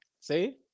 See